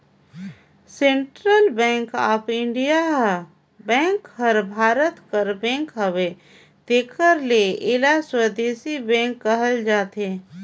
central bank of India bank हर भारत कर bank हवे तेकर ले एला स्वदेसी बेंक कहल जाथे